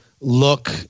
look